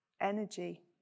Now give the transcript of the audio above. energy